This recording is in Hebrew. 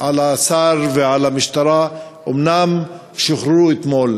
על השר ועל המשטרה הם אומנם שוחררו אתמול.